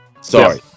Sorry